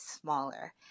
smaller